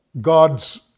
God's